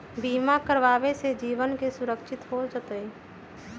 बीमा करावे से जीवन के सुरक्षित हो जतई?